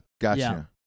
Gotcha